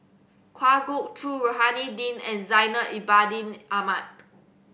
Kwa Geok Choo Rohani Din and Zainal Abidin Ahmad